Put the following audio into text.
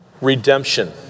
Redemption